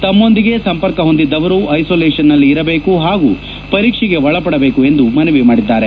ತಮ್ನೊಂದಿಗೆ ಸಂಪರ್ಕ ಹೊಂದಿದ್ದವರು ಐಸೊಲೇಷನ್ನಲ್ಲಿ ಇರಬೇಕು ಹಾಗೂ ಪರೀಕ್ಷೆಗೆ ಒಳಪಡಬೇಕು ಎಂದು ಮನವಿ ಮಾಡಿದ್ದಾರೆ